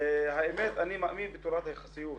האמת, אני מאמין בתורת היחסות